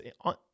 on